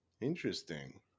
interesting